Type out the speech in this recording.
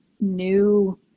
new